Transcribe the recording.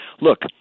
Look